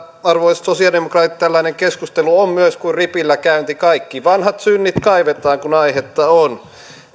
arvoisat sosialidemokraatit tällainen keskustelu on myös kuin ripillä käynti kaikki vanhat synnit kaivetaan kun aihetta on